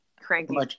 cranky